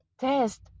test